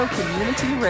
Community